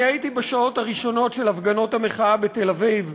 אני הייתי בשעות הראשונות של הפגנות המחאה בתל-אביב,